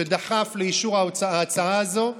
שדחף לאישור ההצעה הזו,